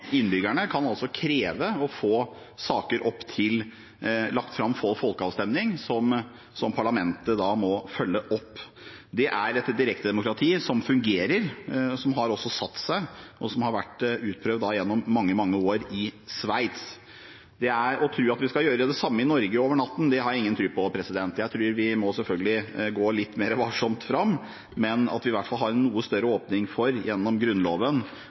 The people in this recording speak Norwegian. innbyggerne kan kreve å få saker lagt fram for folkeavstemning, som parlamentet da må følge opp. Det er et direkte demokrati, som fungerer, som har satt seg, og som har vært utprøvd gjennom mange år i Sveits. Å tro at vi kan gjøre det samme i Norge over natten, har jeg ingen tro på. Jeg tror selvfølgelig at vi må gå litt mer varsomt fram, men at vi i hvert fall har en noe større åpning for gjennom Grunnloven